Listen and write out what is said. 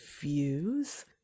views